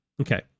Okay